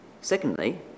Secondly